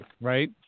right